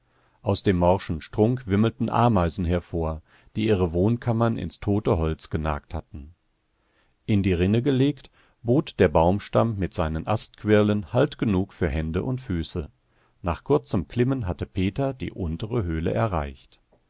aus dem morschen strunk wimmelten ameisen hervor die ihre wohnkammern ins tote holz genagt hatten in die rinne gelegt bot der baumstamm mit seinen astquirlen halt genug für hände und füße nach kurzem klimmen hatte peter die untere höhle erreicht